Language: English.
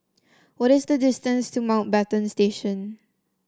what is the distance to Mountbatten Station